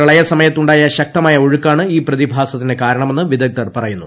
പ്രളയ സമയത്തു ണ്ടായ ശക്തമായ ഒഴുക്കാണ് ഈ പ്രതിഭാസത്തിന് കാരണമെന്ന് വിദഗ്ധർ പറയുന്നു